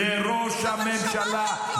לראש הממשלה.